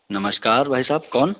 नमस्कार भाई साहब कौन